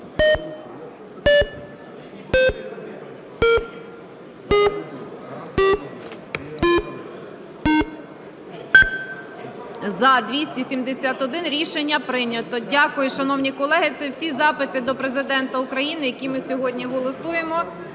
За-271 Рішення прийнято. Дякую, шановні колеги, це всі запити до Президента України, які ми сьогодні голосуємо.